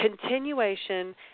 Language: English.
continuation